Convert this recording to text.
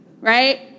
right